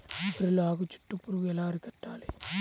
వరిలో ఆకు చుట్టూ పురుగు ఎలా అరికట్టాలి?